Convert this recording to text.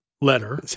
letter